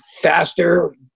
faster